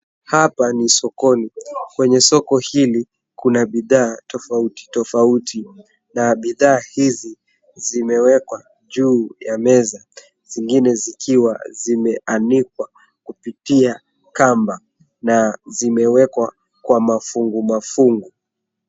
Hapa ni sokoni. Kwenye soko hili, kuna bidhaa tofauti tofauti, na bidhaa hizi zimewekwa juu ya meza, zingine zikiwa zimeanikwa kupitia kamba, na zimewekwa kwa mafungu mafungu